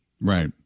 Right